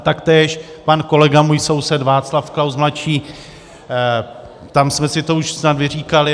Taktéž pan kolega, můj soused Václav Klaus mladší, tam jsme si to už snad vyříkali.